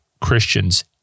Christians